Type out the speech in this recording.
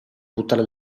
buttare